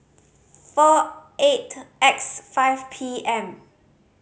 four eight X five P M